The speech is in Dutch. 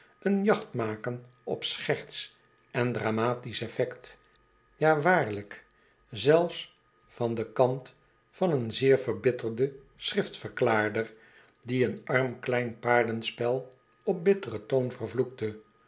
een jachtmaken op scherts en dramatisch effect ja waarlijk zelfs van den kant van een zeer verbitterden schriftverklaarder die een arm klein paardenspel op bitteren toon vervloekte